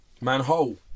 Manhole